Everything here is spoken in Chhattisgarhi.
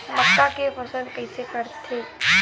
मक्का के फसल कइसे करथे?